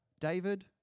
David